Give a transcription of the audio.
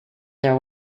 their